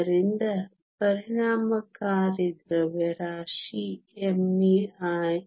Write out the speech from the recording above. ಆದ್ದರಿಂದ ಪರಿಣಾಮಕಾರಿ ದ್ರವ್ಯರಾಶಿ mei 1